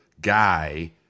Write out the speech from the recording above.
guy